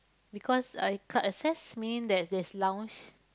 because I card access mean that there's lounge